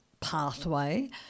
pathway